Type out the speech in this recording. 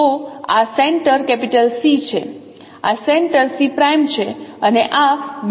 તો આ centre C છે આ સેન્ટર C' છે અને આ બેઝલાઈન છે